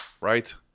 right